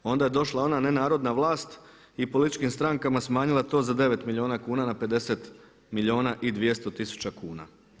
A onda je došla ona nenarodna vlast i političkim strankama smanjila to za 9 milijuna kuna na 50 milijuna i 200 tisuća kuna.